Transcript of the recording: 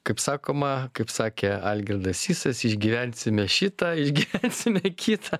kaip sakoma kaip sakė algirdas sysas išgyvensime šitą išgyvensime kitą